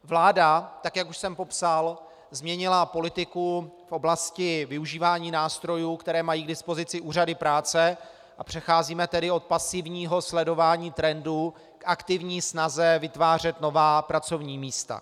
Vláda, tak jak už jsem popsal, změnila politiku v oblasti využívání nástrojů, které mají k dispozici úřady práce, a přecházíme tedy od pasivního sledování trendů k aktivní snaze vytvářet nová pracovní místa.